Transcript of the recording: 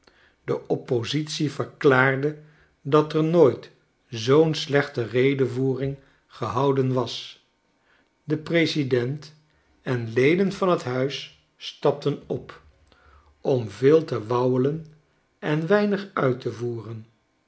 de oppositie verklaarde dat er nooit zoo'n slechte redevoering gehouden was de president en leden van t huis stapten op om veel te wauwelen en weinig uit te voeren